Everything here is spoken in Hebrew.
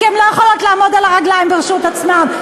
כי הן לא יכולות לעמוד על הרגליים ברשות עצמן.